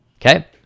okay